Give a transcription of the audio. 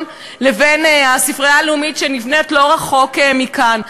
לבין הספרייה הלאומית שנבנית לא רחוק מכאן.